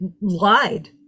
lied